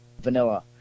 Vanilla